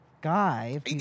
Guy